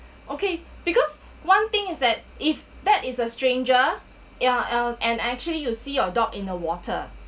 okay because one thing is that if that is a stranger ya ya and actually you see your dog in the water